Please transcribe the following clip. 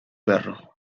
perro